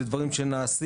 אלו דברים שנעשים.